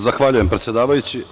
Zahvaljujem predsedavajući.